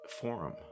forum